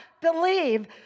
believe